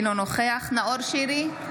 אינו נוכח נאור שירי,